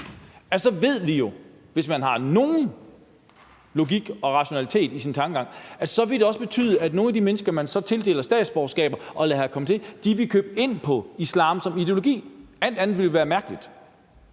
vi så ved, hvis man har nogen logik og rationalitet i sin tankegang, at det også vil betyde, at nogle af de mennesker, man tildeler statsborgerskab og lader komme hertil, vil købe ind på islam som ideologi. Alt andet ville være mærkeligt.